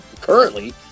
currently